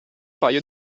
paio